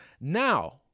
Now